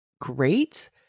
great